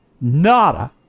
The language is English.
Nada